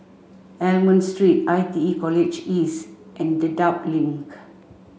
Almond Street I T E College East and Dedap Link